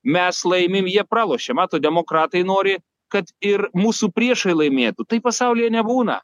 mes laimim jie pralošia matot demokratai nori kad ir mūsų priešai laimėtų taip pasaulyje nebūna